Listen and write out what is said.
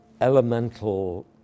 elemental